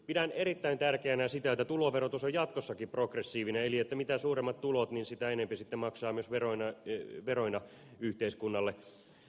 pidän erittäin tärkeänä sitä että tuloverotus on jatkossakin progressiivinen eli mitä suuremmat tulot sitä enemmän maksaa myös veroina yhteiskunnalle